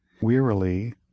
wearily